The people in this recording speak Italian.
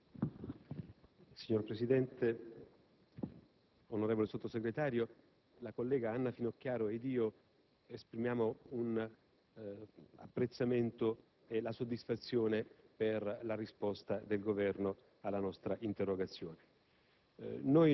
Signor Presidente, onorevole Sottosegretario, la collega Anna Finocchiaro ed io esprimiamo apprezzamento e soddisfazione per la risposta fornita dal Governo alla nostra interrogazione.